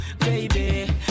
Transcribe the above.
baby